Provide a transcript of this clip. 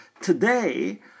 Today